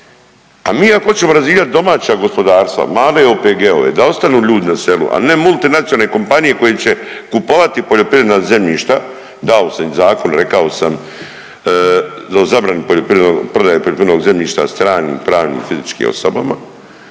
a mi ako hoćemo razvijati domaća gospodarstva, male OPG-ove da ostanu ljudina selu, a ne multinacionalne kompanije koje će kupovati poljoprivredna zemljišta, dao sam i zakon rekao sam o zabrani poljoprivrednog, prodaje poljoprivrednog zemljišta stranim pravnim i fizičkim osobama,